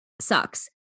sucks